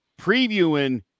previewing